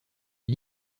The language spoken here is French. les